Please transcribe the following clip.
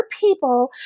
people